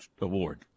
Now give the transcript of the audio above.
award